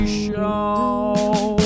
show